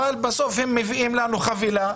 אבל בסוף הם מביאים לנו חבילה.